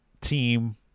team